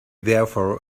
therefore